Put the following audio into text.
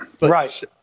right